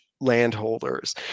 landholders